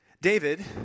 David